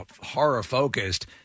horror-focused